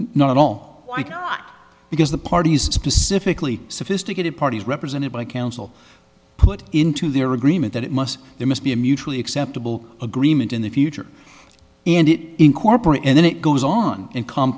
not at all not because the parties specifically sophisticated parties represented by counsel put into their agreement that it must there must be a mutually acceptable agreement in the future and it incorporate and then it goes on and com